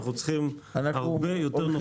אנחנו צריכים הרבה יותר נוכחות.